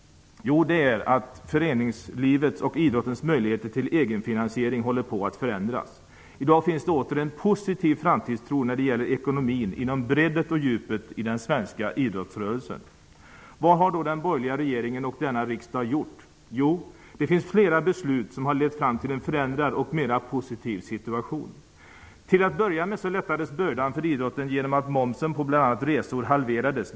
Jo, föreningslivets och idrottsrörelsens möjligheter till egenfinansiering håller på att förändras. I dag finns det åter en positiv framtidstro när det gäller ekonomin inom bredden och djupet i den svenska idrottsrörelsen. Vad har då den borgerliga regeringen och denna riksdag gjort? Jo, det finns flera beslut som har lett fram till en förändrad och mera positiv situation. Till att börja med lättades bördan för idrottsrörelsen genom att momsen på bl.a. resor halverades.